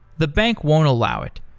the bank won't allow it.